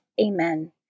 Amen